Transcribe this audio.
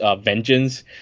Vengeance